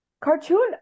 Cartoon